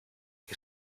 que